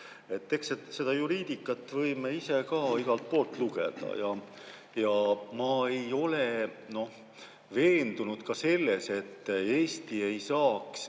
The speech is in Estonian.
Seda juriidikat võime ise ka igalt poolt lugeda. Ma ei ole veendunud ka selles, et Eesti ei saa